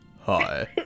Hi